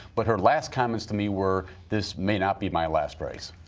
but her last comments to me were, this may not be my last race.